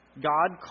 God